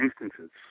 instances